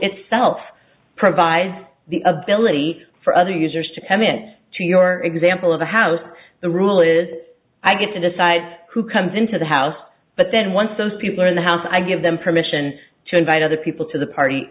itself provides the of beliefs for other users to come in to your example of a house the rule is i get to decide who comes into the house but then once those people are in the house i give them permission to invite other people to the party